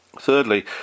Thirdly